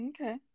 Okay